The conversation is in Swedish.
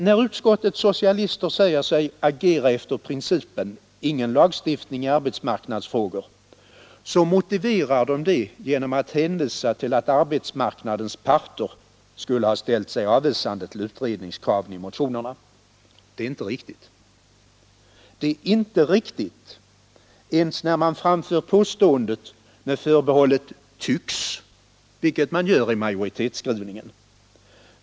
När utskottets socialister säger sig agera efter principen ”ingen lagstiftning i arbetsmarknadsfrågor”, så motiverar de detta genom att hänvisa till att arbetsmarknadens parter skulle ha ställt sig avvisande till utredningskraven i motionerna. Detta är inte riktigt. Det är inte riktigt ens när påståendet framförs med förbehållet ”tycks”, vilket sker i majoritetens skrivning.